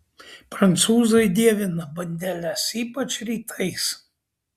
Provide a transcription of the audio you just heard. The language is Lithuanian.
prancūzai dievina bandeles ypač rytais